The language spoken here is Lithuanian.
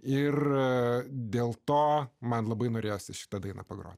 ir dėl to man labai norėjosi šitą dainą pagroti